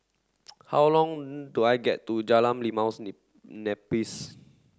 how long do I get to Jalan Limaus Nipis